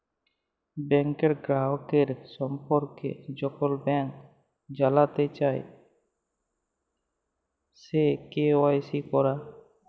ব্যাংকের গ্রাহকের সম্পর্কে যখল ব্যাংক জালতে চায়, সে কে.ওয়াই.সি ক্যরা